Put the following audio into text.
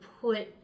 put